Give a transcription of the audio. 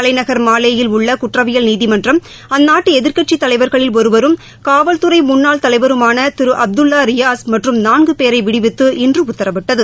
தலைநகர் மாலே யில் உள்ள குற்றவியல் நீதிமன்றம் அந்நாட்டு எதிர்க்கட்சி தலைவர்களில் ஒருவரும் காவல்துறை முன்னாள் தலைவருமான திரு அப்துல்வா ரியாஷ் மற்றும் நான்கு பேரை விடுவித்து இன்று உத்தரவிட்டது